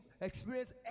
experience